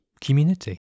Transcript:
community